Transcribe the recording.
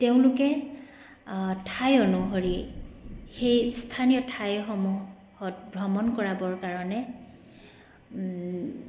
তেওঁলোকে ঠাই অনুসৰি সেই স্থানীয় ঠাইসমূহত ভ্ৰমণ কৰাবৰ কাৰণে